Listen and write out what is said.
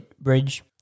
bridge